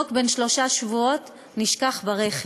תינוק בן שלושה שבועות נשכח ברכב.